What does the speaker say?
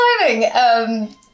exciting